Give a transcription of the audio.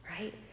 right